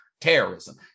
terrorism